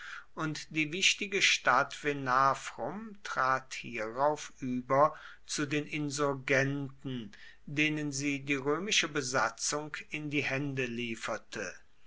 und die wichtige stadt venafrum trat hierauf über zu den insurgenten denen sie die römische besatzung in die hände lieferte